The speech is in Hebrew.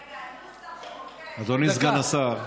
רגע, הנוסח, אדוני סגן השר,